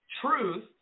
truth